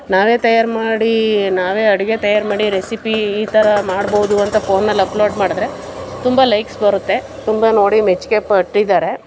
ನಾವೇ ತಯಾರು ಮಾಡಿ ನಾವೇ ಅಡುಗೆ ತಯಾರು ಮಾಡಿ ರೆಸಿಪೀ ಈ ಥರ ಮಾಡ್ಬೋದು ಅಂತ ಫೋನಲ್ಲಿ ಅಪ್ಲೋಡ್ ಮಾಡಿದ್ರೆ ತುಂಬ ಲೈಕ್ಸ್ ಬರುತ್ತೆ ತುಂಬ ನೋಡಿ ಮೆಚ್ಚುಗೆ ಪಟ್ಟಿದ್ದಾರೆ